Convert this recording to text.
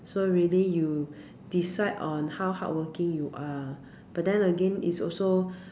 so really you decide on how hardworking you are but then again it's also